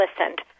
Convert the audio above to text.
listened